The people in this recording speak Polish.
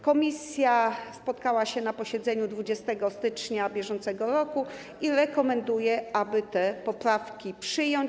Komisja spotkała się na posiedzeniu 20 stycznia br. i rekomenduje, aby te poprawki przyjąć.